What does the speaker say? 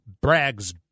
Bragg's